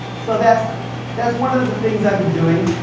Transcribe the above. so that's that's one of the things i've been doing.